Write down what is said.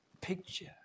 picture